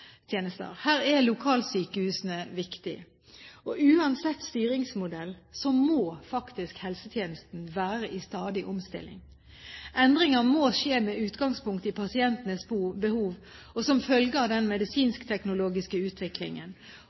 Her er lokalsykehusene viktige. Uansett styringsmodell må faktisk helsetjenesten være i stadig omstilling. Endringer må skje med utgangspunkt i pasientenes behov, og som følge av den medisinsk-teknologiske utviklingen.